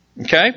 Okay